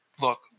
look